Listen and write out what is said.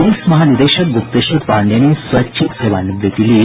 police महानिदेशक गुप्तेश्वर पांडेय ने स्वैच्छिक सेवानिवृत्ति ली